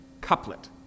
couplet